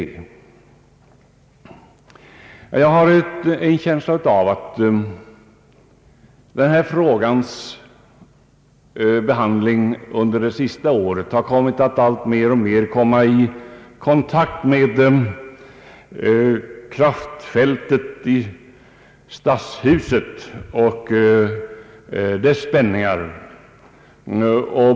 Jo, jag har en känsla av att denna frågas behandling under de senaste året alltmer kommit i kontakt med det politiska kraftfältet i stadshuset och dess spänningar.